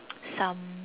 some